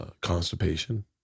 constipation